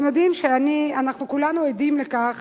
אתם יודעים שאני, אנחנו כולנו עדים לכך